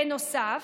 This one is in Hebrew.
בנוסף,